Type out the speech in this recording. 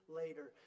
later